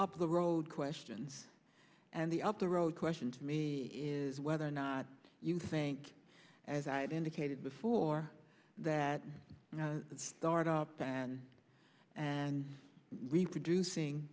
up the road questions and the up the road question to me is whether or not you think as i've indicated before that the start up and reproducing